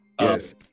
yes